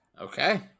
Okay